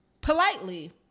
Politely